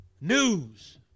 News